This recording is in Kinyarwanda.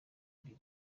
kuri